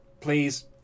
please